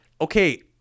Okay